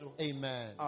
Amen